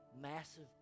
massive